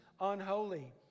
unholy